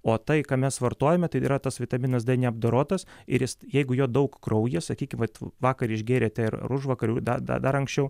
o tai ką mes vartojame tai yra tas vitaminas d neapdorotas ir jeigu jo daug kraujyje sakykim vat vakar išgėrėte ar užvakar da dar anksčiau